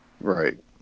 Right